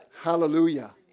hallelujah